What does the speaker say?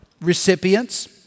recipients